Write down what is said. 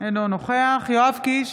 אינו נוכח יואב קיש,